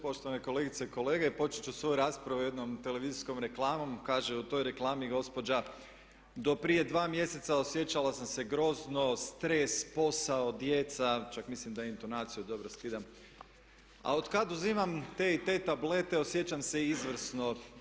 Poštovane kolegice i kolege počet ću svoju raspravu jednom televizijskom reklamom – kaže u toj reklami gospođa do prije dva mjeseca osjećala sam se grozno, stres, posao, djeca čak mislim da intonaciju dobro skidam a otkad uzimam te i te tablete osjećam se izvrsno.